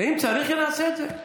אם צריך, נעשה את זה.